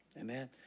Amen